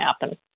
happen